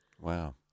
Wow